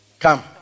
Come